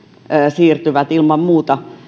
siirtyvät ilman muuta